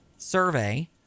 survey